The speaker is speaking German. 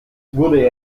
wurde